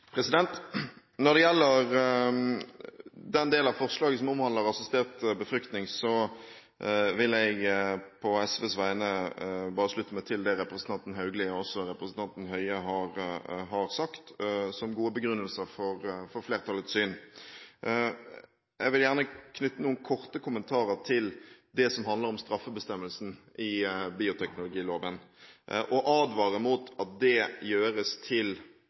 straffbart. Når det gjelder den delen av forslaget som omhandler assistert befruktning, vil jeg på vegne av SV bare slutte meg til det representantene Haugli og Høie har sagt, som gode begrunnelser for flertallets syn. Jeg vil gjerne knytte noen korte kommentarer til det som handler om straffebestemmelsen i bioteknologiloven og advare mot at det gjøres til